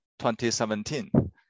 2017